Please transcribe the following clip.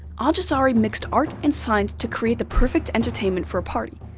al-jazari mixed art and science to create the perfect entertainment for a party,